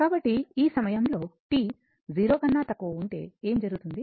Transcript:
కాబట్టి ఈ సందర్భంలో t 0 కన్నా తక్కువ ఉంటే ఏమి జరుగుతుంది